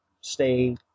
stay